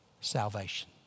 salvation